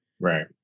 Right